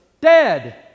dead